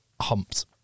humped